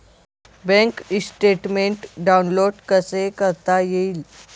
Bank statement download कसे करता येईल?